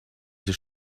sie